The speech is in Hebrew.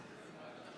[רשומות (הצעות חוק,